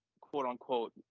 quote-unquote